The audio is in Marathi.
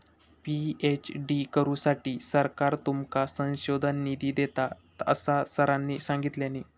पी.एच.डी करुसाठी सरकार तुमका संशोधन निधी देता, असा सरांनी सांगल्यानी